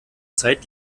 zeit